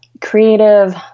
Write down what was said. creative